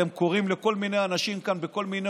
אתם קוראים לכל מיני אנשים כאן בכל מיני